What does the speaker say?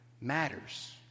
matters